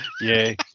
Yay